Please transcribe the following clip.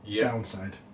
downside